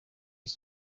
iki